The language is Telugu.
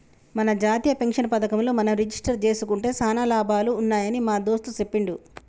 మన జాతీయ పెన్షన్ పథకంలో మనం రిజిస్టరు జేసుకుంటే సానా లాభాలు ఉన్నాయని మా దోస్త్ సెప్పిండు